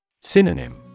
Synonym